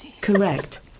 Correct